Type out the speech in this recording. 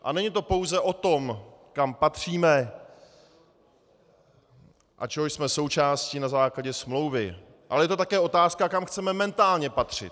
A není to pouze o tom, kam patříme a čeho jsme součástí na základě smlouvy, ale je to také otázka, kam chceme mentálně patřit.